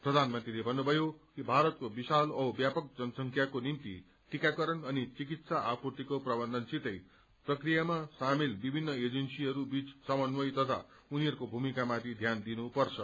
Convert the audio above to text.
प्रधानमन्त्रीले भन्नुभयो कि भारतको विशाल औ व्यापक जनसंख्याको निभ्ति टीक्रकरण अनि चिकित्सा आपूर्तिको प्रवन्धसितै प्रक्रियामा सामेल विभित्र एजेन्सीहरू बीच समन्वय तथा उनीहरूको भमिकामाथि ध्यान दिनपर्छ